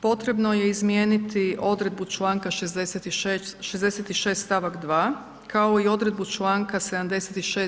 Potrebno je izmijeniti odredbu članka 66. stavak 2. kao i odredbu članka 76.